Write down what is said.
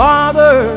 Father